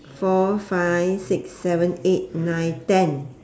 four five six seven eight nine ten